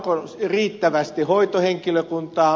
onko riittävästi hoitohenkilökuntaa